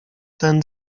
ten